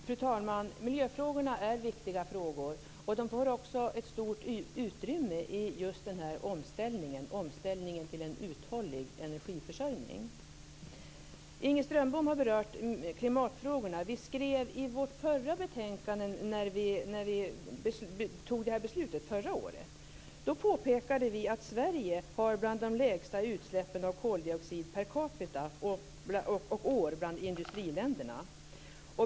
Fru talman! Miljöfrågorna är viktiga. De får också ett stort utrymme i just omställningen till en uthållig energiförsörjning. Inger Strömbom har berört klimatfrågorna. I vårt förra betänkande - förra året när vi tog det här beslutet - påpekade vi att Sverige hör till de industriländer som har de lägsta utsläppen av koldioxid per capita och år.